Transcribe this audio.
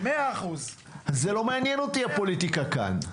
ולא מעניינת אותי פוליטיקה כאן.